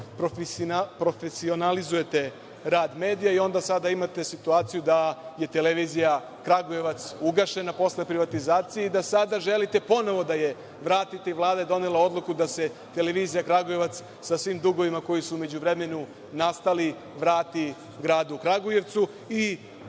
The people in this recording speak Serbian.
profesionalizujete rad medija. Sada imate situaciju da je Televizija Kragujevac ugašena posle privatizacije i da sada želite ponovo da je vratite i Vlada je donela odluku da se Televizija Kragujevac sa svim dugovima koji su u međuvremenu nastali vrati Gradu Kragujevcu.